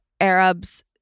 Arabs